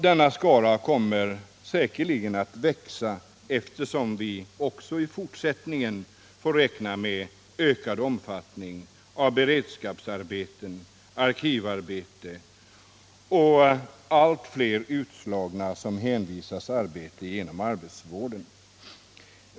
Denna skara kommer säkerligen att växa, eftersom vi också i fortsättningen får räkna med ökad omfattning av beredskapsarbete-arkivarbete och allt fler utslagna som hänvisas till arbete genom arbetsvården.